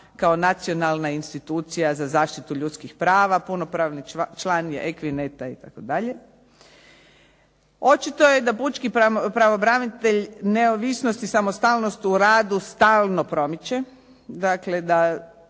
kao nacionalna institucija za zaštitu ljudskih prava, punopravni član je Akvinta itd. Očito je da pučki pravobranitelj neovisnost i samostalnost u radu stalno promiče.